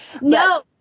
No